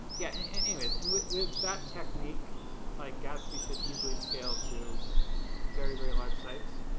yeah, anyways, and with with that technique like, gatsby should easily scale to very, very large sites.